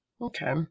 Okay